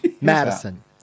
Madison